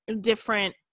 different